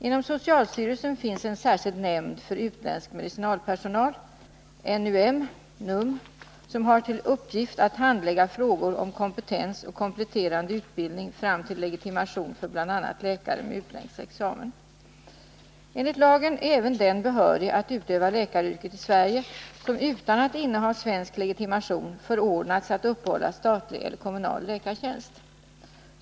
Inom socialstyrelsen finns en särskild nämnd för utländsk medicinalpersonal — NUM — som har till uppgift att handlägga frågor om kompetens och kompletterande utbildning fram till legitimation för bl.a. läkare med utländsk examen. Enligt lagen är även den behörig att utöva läkaryrket i Sverige som utan att inneha svensk legitimation förordnats att uppehålla statlig eller kommunal läkartjänst.